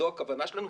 זו הכוונה שלנו,